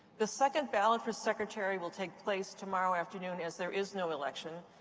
the second ballot for secretary will take place tomorrow afternoon as there is no election.